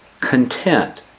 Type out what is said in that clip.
content